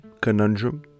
Conundrum